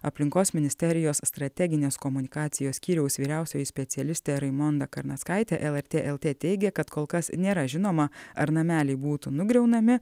aplinkos ministerijos strateginės komunikacijos skyriaus vyriausioji specialistė raimonda karnackaitė lrt lt teigė kad kol kas nėra žinoma ar nameliai būtų nugriaunami